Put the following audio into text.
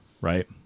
right